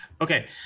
okay